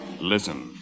Listen